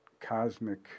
cosmic